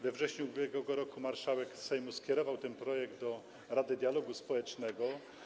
We wrześniu ub.r. marszałek Sejmu skierował ten projekt do Rady Dialogu Społecznego.